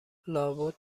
لابد